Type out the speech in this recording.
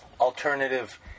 alternative